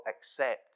accept